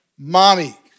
mommy